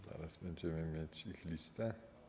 Zaraz będziemy mieć ich listę.